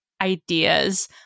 ideas